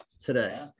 today